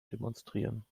demonstrieren